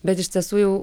bet iš tiesų jau